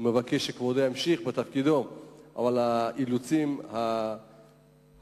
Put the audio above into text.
מבקש שכבודו ימשיך בתפקידו, אבל האילוצים, הבחירות